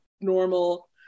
normal